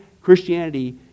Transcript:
Christianity